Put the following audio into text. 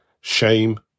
shame